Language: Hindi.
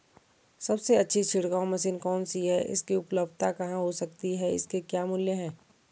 सबसे अच्छी छिड़काव मशीन कौन सी है इसकी उपलधता कहाँ हो सकती है इसके क्या मूल्य हैं?